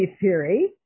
theory